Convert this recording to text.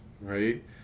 right